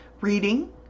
Reading